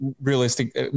realistic